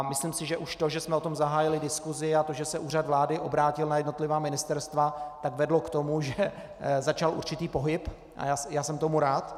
Myslím si, že už to, že jsme o tom zahájili diskusi, a to, že se Úřad vlády obrátil na jednotlivá ministerstva, vedlo k tomu, že začal určitý pohyb, a já jsem tomu rád.